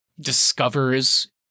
discovers